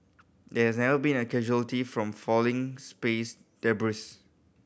there never been a casualty from falling space debris